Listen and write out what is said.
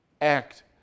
act